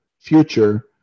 future